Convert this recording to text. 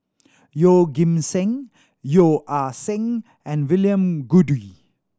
Yeoh Ghim Seng Yeo Ah Seng and William Goode